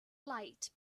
light